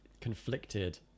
conflicted